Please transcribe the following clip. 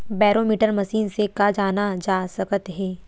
Barometer machine से का जाना जा सकत हे?